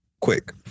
quick